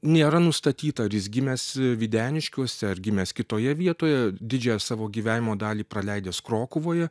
nėra nustatyta ar jis gimęs videniškiuose ar gimęs kitoje vietoje didžiąją savo gyvenimo dalį praleidęs krokuvoje